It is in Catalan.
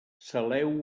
saleu